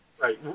Right